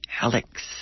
Alex